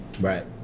right